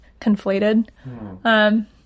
conflated